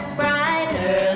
brighter